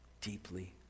deeply